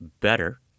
better